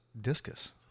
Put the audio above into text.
discus